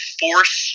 force